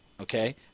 okay